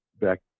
Back